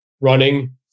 running